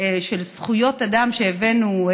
של זכויות אדם שהבאנו,